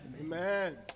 Amen